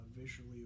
visually